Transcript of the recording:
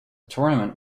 tournament